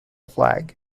flag